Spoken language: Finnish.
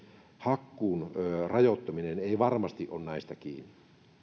hakkuun rajoittaminen ei varmasti ole näistä kiinni